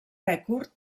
rècord